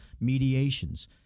Mediations